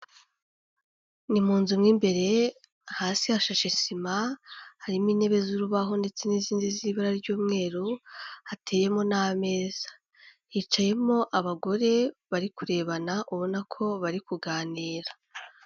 Ni mu nzu mo imbere hasi hashashe sima, harimo intebe z'urubaho ndetse n'izindi z'ibara ry'umweru, hateyemo n'ameza, hicayemo abagore bari kurebana ubona ko bari kuganira.